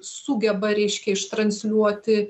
sugeba reiškia ištransliuoti